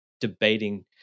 debating